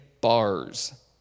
bars